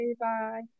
bye